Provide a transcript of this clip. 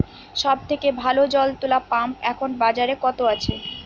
সব থেকে ভালো জল তোলা পাম্প এখন বাজারে কত আছে?